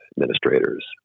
administrators